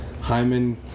Hyman